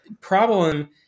problem